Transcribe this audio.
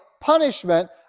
punishment